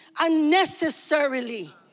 unnecessarily